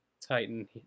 Titan